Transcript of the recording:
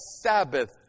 Sabbath